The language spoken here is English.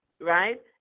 right